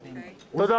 תודה.